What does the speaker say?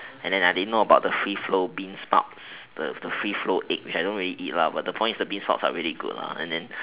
and I didn't know about the free flow beans sprout the the free flow is I don't really eat lah but the point is the bean sprouts are very good lah and then